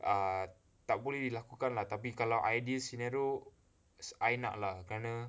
err tak boleh dilakukan tapi kalau ideal scenario I nak lah kerana